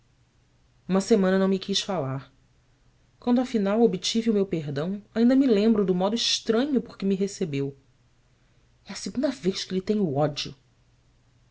uma semana não me quis falar quando afinal obtive o meu perdão ainda me lembro do modo estranho por que me recebeu é a segunda vez que lhe tenho ódio